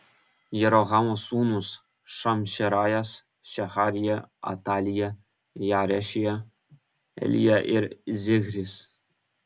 jerohamo sūnūs šamšerajas šeharija atalija jaarešija elija ir zichris